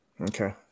Okay